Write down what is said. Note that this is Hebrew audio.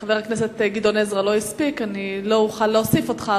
חבר הכנסת גדעון עזרא לא הספיק ולא אוכל להוסיף אותך,